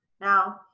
Now